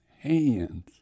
hands